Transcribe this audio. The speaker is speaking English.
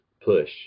push